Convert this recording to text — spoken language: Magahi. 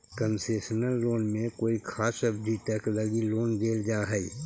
कंसेशनल लोन में कोई खास अवधि तक लगी लोन देल जा हइ